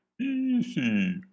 Easy